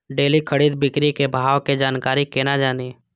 Daily खरीद बिक्री के भाव के जानकारी केना जानी?